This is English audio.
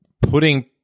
putting